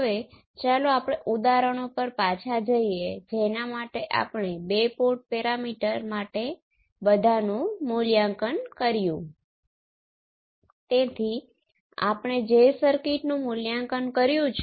હવે ચાલો હવે મને તે સર્કિટ વચ્ચે થાય છે